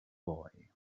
boy